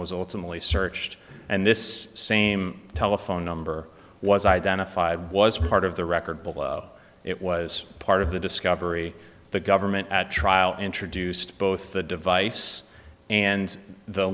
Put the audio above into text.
was ultimately searched and this same telephone number was identified was part of the record but it was part of the discovery the government at trial introduced both the device and the